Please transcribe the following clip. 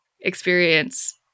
experience